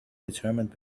determined